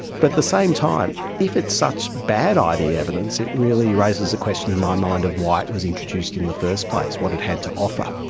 but at the same time, if it's such bad id evidence, it really raises a question in my mind of why it was introduced in the first place, what it had to offer.